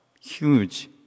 huge